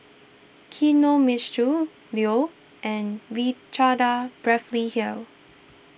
Kinohimitsu Leo and Ricardo Beverly Hills